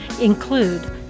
include